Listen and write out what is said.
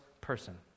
person